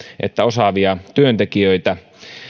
että osaavia työntekijöitä